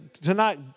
tonight